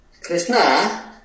Krishna